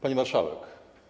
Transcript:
Pani Marszałek!